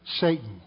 Satan